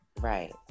Right